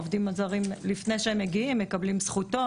לפני שהעובדים הזרים מגיעים הם מקבלים זכותון.